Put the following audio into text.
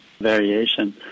variation